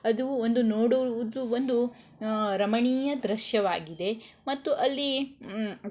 ಅದು ಒಂದು ನೋಡುವುದು ಒಂದು ರಮಣೀಯ ದೃಶ್ಯವಾಗಿದೆ ಮತ್ತು ಅಲ್ಲಿ